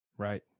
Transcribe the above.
Right